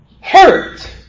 Hurt